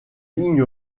ligne